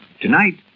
Tonight